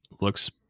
looks